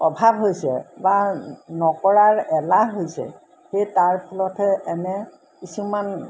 অভাৱ হৈছে বা নকৰাৰ এলাহ হৈছে সেই তাৰ ফলতহে এনে কিছুমান